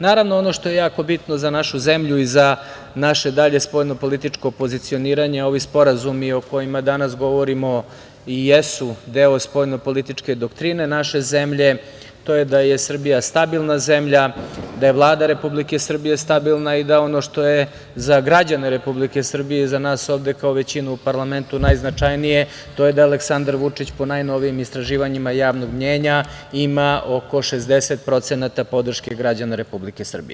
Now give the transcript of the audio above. Naravno, ono što je jako bitno za našu zemlju i za naše dalje spoljno političko pozicioniranje, ovi sporazumi o kojima danas govorimo i jesu deo spoljno političke doktrine naše zemlje, to je da je Srbija stabilna zemlja, da je Vlada Republike Srbije stabilna i da ono što je za građane Republike Srbije i za nas ovde kao većinu u parlamentu najznačajnije to je da je Aleksandar Vučić po najnovijim istraživanjima javnog menjanja ima oko 60% podrške građana Republike Srbije.